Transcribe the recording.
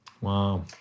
Wow